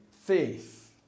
faith